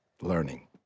learning